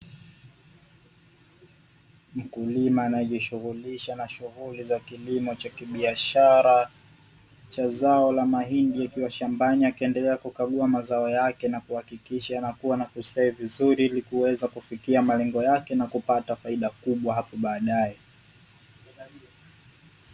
Mkulima anayejishughulisha na shughuli za kilimo cha kibiashara cha zao la mahindi akiwa shambani, akiendelea kukagua mazao yake na kuhakikisha yanakua na kustawi vizuri ili kuweza kufikia malengo yake na kupata faida kubwa hapo baadaye.